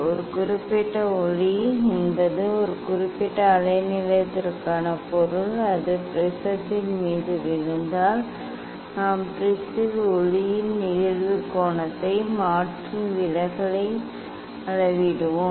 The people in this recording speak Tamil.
ஒரு குறிப்பிட்ட ஒளி என்பது ஒரு குறிப்பிட்ட அலைநீளத்திற்கான பொருள் அது ப்ரிஸத்தின் மீது விழுந்தால் நாம் ப்ரிஸில் ஒளியின் நிகழ்வு கோணத்தை மாற்றி விலகலை அளவிடுவோம்